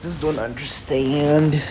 I just don't understand